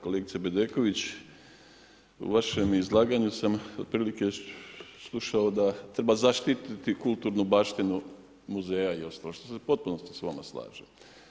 Kolegice Bedeković, u vašem izlaganju sam otprilike slušao da treba zaštititi kulturnu baštinu muzeja i ostalo što se u potpunosti s vama slažem.